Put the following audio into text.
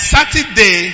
Saturday